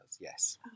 yes